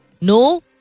no